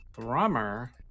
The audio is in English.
Drummer